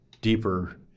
deeper